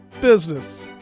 business